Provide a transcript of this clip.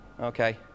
Okay